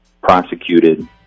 prosecuted